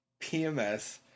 PMS